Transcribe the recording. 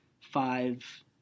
five